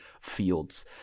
fields